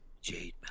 Jade